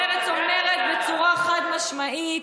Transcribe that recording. מרצ אומרת בצורה חד-משמעית,